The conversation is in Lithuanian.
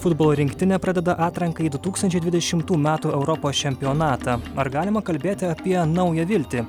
futbolo rinktinė pradeda atranką į du tūkstančiai dvidešimtų metų europos čempionatą ar galima kalbėti apie naują viltį